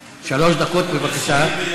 שמונה דקות של דברים רציניים.